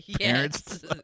parents